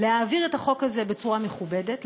להעביר את החוק הזה בצורה מכובדת,